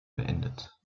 beendet